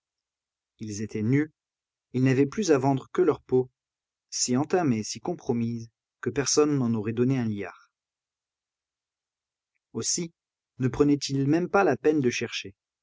ils étaient nus ils n'avaient plus à vendre que leur peau si entamée si compromise que personne n'en aurait donné un liard aussi ne prenaient-ils même pas la peine de chercher